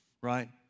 Right